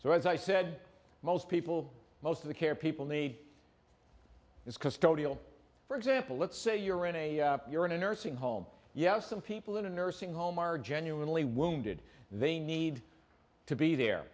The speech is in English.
so as i said most people most of the care people need it's custodial for example let's say you're in a you're in a nursing home yes some people in a nursing home are genuinely wounded they need to be